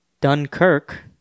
Dunkirk